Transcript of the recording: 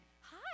Hi